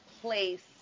place